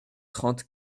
trente